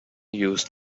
used